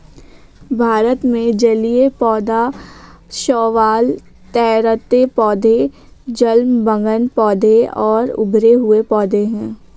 भारत में जलीय पौधे शैवाल, तैरते पौधे, जलमग्न पौधे और उभरे हुए पौधे हैं